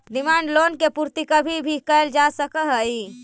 demand loan के पूर्ति कभी भी कैल जा सकऽ हई